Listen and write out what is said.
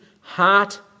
heart